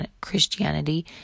Christianity